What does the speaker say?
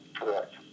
Correct